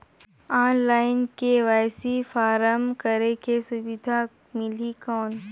Online KYC form करेके सुविधा मिली कौन?